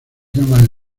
llamas